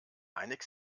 einig